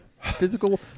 Physical